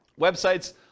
websites